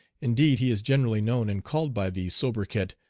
indeed, he is generally known and called by the soubriquet,